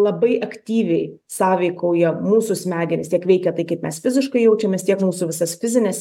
labai aktyviai sąveikauja mūsų smegenys tiek veikia tai kaip mes fiziškai jaučiamės tiek mūsų visas fizines